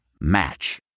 Match